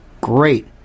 great